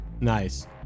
nice